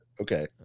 okay